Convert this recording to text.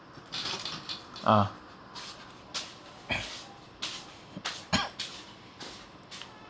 ah